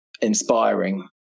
inspiring